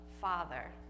Father